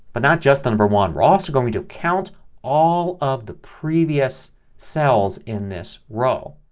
but not just the number one. we're also going to count all of the previous cells in this row.